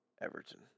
Everton